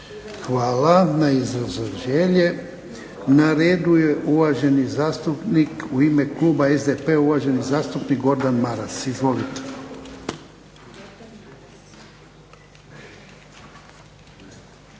Hvala na izrazu želje. Na redu je uvaženi zastupnik, u ime kluba SDP-a uvaženi zastupnik Gordan Maras. Izvolite.